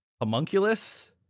homunculus